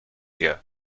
year